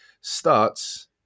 starts